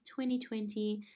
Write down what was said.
2020